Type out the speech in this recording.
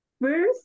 first